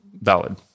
valid